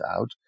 out